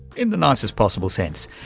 in the nicest possible sense.